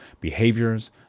behaviors